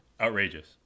outrageous